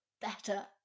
better